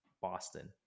Boston